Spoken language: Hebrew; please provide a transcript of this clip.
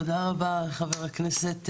תודה רבה חבר הכנסת עבאס.